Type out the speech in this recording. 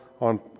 on